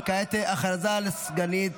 כעת הודעה לסגנית